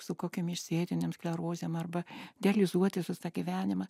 su kokiom išsėtinėm sklerozėm arba dializuotis visą gyvenimą